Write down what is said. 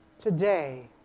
today